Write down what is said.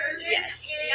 Yes